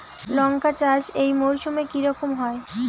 লঙ্কা চাষ এই মরসুমে কি রকম হয়?